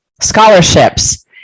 scholarships